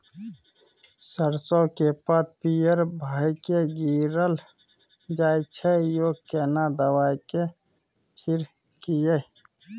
सरसो के पात पीयर भ के गीरल जाय छै यो केना दवाई के छिड़कीयई?